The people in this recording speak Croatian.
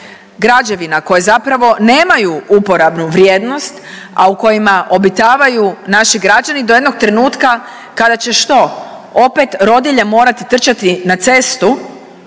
građevina koje zapravo nemaju uporabnu vrijednost, a u kojima obitavaju naši građani do jednog trenutka kada će što opet rodilje morati trčati na cestu